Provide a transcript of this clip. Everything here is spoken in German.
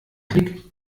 klick